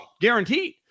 guaranteed